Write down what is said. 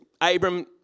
Abram